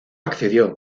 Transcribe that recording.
accedió